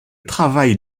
travail